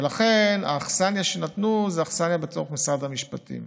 ולכן האכסניה שנתנו זה אכסניה בתוך משרד המשפטים.